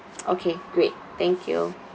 okay great thank you